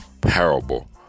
parable